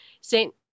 Saint